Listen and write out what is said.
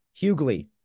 Hughley